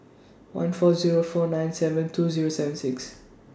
one four Zero four nine seven two Zero seven six